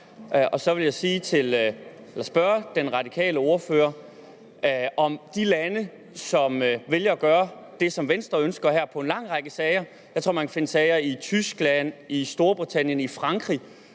Så vil jeg stille den radikale ordfører et spørgsmål om de lande, som vælger at gøre det, som Venstre ønsker her, i en lang række sager. Jeg tror, man kan finde sager i Tyskland, i Storbritannien, i Frankrig,